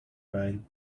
chlorine